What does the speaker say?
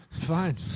fine